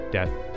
death